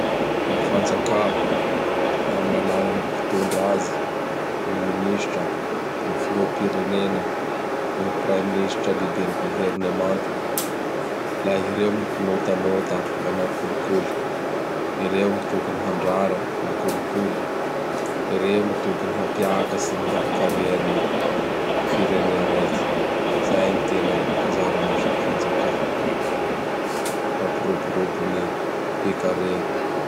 Gny fanjakà, am gn' alalan n mpitondra azy: Gn ny Minisitra, gny Filoham-pirenena, gny Praiminisitra lehiben'ny Governemanta. Laha ireo gny mikinôtanôta manao kolikoly. Ireo gny tokony handrara ny kolikoly. Ireo gny tokony hampiakatsy ny harikarea ny firenea raiky. Izay gny tena anjara asan fanjakà. Mampiroborobo ny toe-karea.